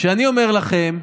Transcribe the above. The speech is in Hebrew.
ואני אומר לכם,